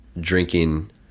drinking